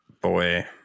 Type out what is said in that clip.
boy